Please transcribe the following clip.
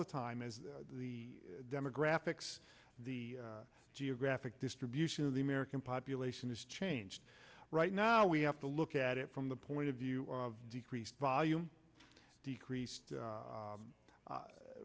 the time as the demographics the geographic distribution of the american population has changed right now we have to look at it from the point of view of decreased volume decreased